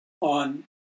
on